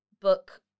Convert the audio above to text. book